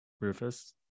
Rufus